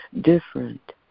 different